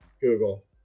Google